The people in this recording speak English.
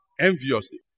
enviously